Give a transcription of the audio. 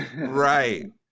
Right